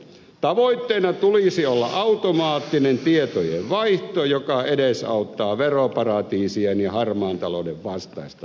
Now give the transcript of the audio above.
tavoitteena tulisi olla automaattinen tietojenvaihto joka edesauttaa veroparatiisien ja harmaan talouden vastaista taistelua